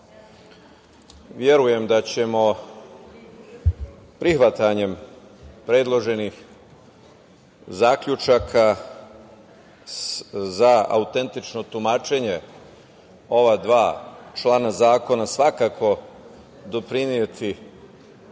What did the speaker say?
verujem da ćemo prihvatanjem predloženih zaključaka za autentično tumačenje ova dva člana zakona svakako doprineti